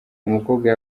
umukobwa